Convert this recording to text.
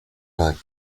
vingt